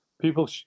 People